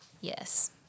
yes